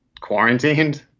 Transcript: quarantined